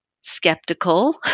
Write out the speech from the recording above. skeptical